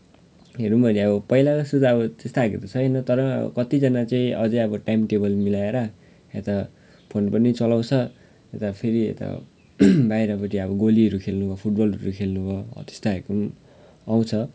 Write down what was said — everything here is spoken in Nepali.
हेर्यौँ भने अब पहिला जस्तो त अब त्यस्तो खाले त छैन तर कतिजना चाहिँ अझ अब टाइम टेबल मिलाएर यता फोन पनि चलाउँछ यता फेरि यता बाहिरपट्टि अब गोलीहरू खेल्नु फुटबलहरू खेल्नु हो हो त्यस्तो खाले आउँछ